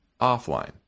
offline